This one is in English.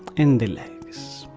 and the legs.